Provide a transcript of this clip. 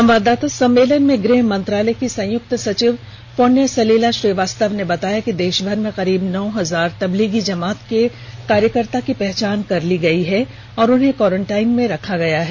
संवाददाता सम्मेलन में गृह मंत्रालय की संयुक्त सचिव पुण्य सलिला श्रीवास्तव ने बताया कि देषभर में करीब नौ हजार तबलीगी जमात के कार्यकर्ताओं की पहचान कर ली गयी है और उन्हें क्वाराइंटाइन मे रखा गया है